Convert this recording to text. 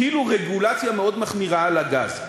הטילו רגולציה מאוד מחמירה על הגז: